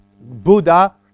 Buddha